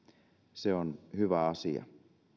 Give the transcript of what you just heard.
se on hyvä asia